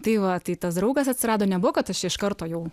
tai va tai tas draugas atsirado nebuvo kad aš čia iš karto jau